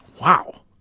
wow